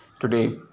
today